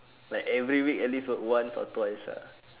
like every week at least work once or twice ah